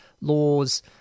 laws